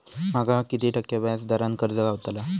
माका किती टक्के व्याज दरान कर्ज गावतला?